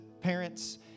parents